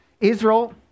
Israel